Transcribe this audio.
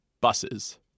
Buses